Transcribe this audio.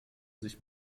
sich